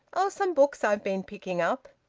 oh! some books i've been picking up.